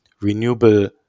renewable